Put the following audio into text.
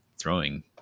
Throwing